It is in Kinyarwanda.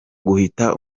guhita